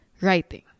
writing